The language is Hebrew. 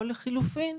או לחלופין,